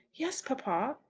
yes, papa.